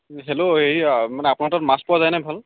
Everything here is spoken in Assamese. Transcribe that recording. হেল্ল' এইয়া মানে আপোনাৰ তাত মাছ পোৱা যায় নে ভাল